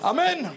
Amen